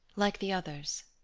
like the others?